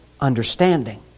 understanding